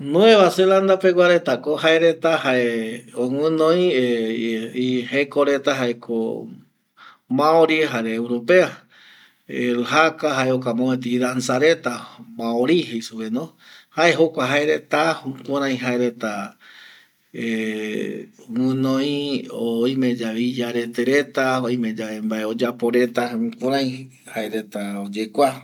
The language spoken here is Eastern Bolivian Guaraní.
Nueva Zelanda pegua retako jaereta jae jekoreta jaeko maurien jare europea el jaka jae jokua mopeti danza reta mauri jeisupeno jae jokua jaereta jukurai jaereta guɨnoi oime yave iyarete reta oime yave mbae oyapo reta jukurai jaereta oyekua